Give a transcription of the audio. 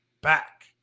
back